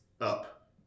up